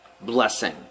blessing